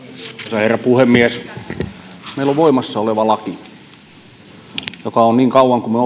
herra puhemies meillä on voimassa oleva laki joka on niin kauan kuin